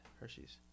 Hershey's